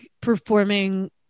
performing